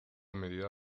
medida